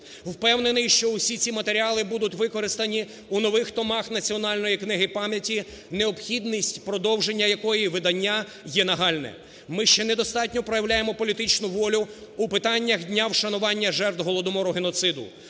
Впевнений, що усі ці матеріали будуть використані у нових томах Національної книги пам'яті, необхідність продовження якої видання є нагальне. Ми ще недостатньо проявляємо політичну волю у питаннях Дня вшанування жертв Голодомору, геноциду.